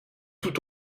tout